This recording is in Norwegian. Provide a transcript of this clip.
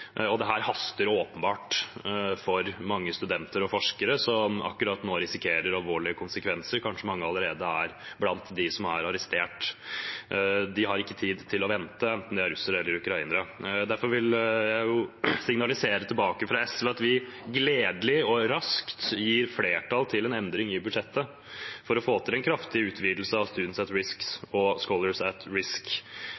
haster åpenbart for mange studenter og forskere som akkurat nå risikerer å oppleve alvorlige konsekvenser. Kanskje mange allerede er blant dem som er arrestert. De har ikke tid til å vente, enten de er russere eller ukrainere. Derfor vil jeg gi et signal fra SV om at vi med glede og raskt vil gi flertall til en endring i budsjettet for å få til en kraftig utvidelse av Students at Risk